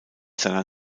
seiner